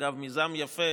אגב, זה מיזם יפה,